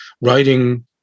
writing